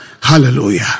Hallelujah